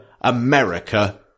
America